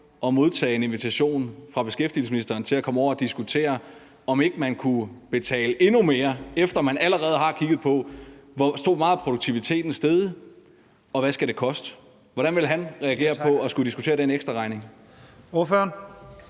at modtage en invitation fra beskæftigelsesministeren til at komme over at diskutere, om ikke man kunne betale endnu mere, efter man allerede har kigget på, hvor meget produktiviteten er steget, og hvad det skal koste? Hvordan ville han reagere på at skulle diskutere den ekstraregning?